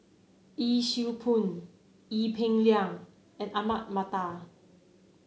Yee Siew Pun Ee Peng Liang and Ahmad Mattar